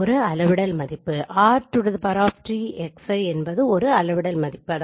ஒரு அளவிடல் மதிப்பு r2T Xi ஒரு அளவிடல் மதிப்பு